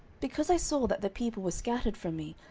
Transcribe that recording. because i saw that the people were scattered from me,